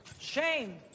shame